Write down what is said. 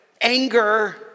anger